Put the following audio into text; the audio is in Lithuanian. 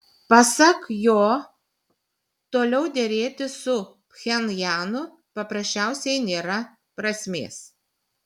pasak jo toliau derėtis su pchenjanu paprasčiausiai nėra prasmės